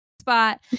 spot